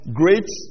great